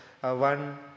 one